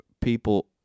people